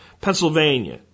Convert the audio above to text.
Pennsylvania